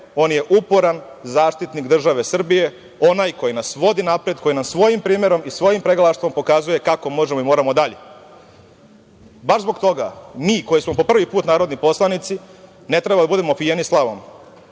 on je uporan zaštitnik države Srbije, onaj koji nas vodi napred, koji nam svojim primerom i svojim pregalaštvom pokazuje kako možemo i moramo dalje. Baš zbog toga mi koji smo po prvi put narodni poslanici ne treba da budemo opijeni slavom.